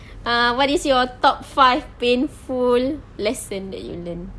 ah what is your top five painful lesson that you learn